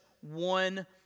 one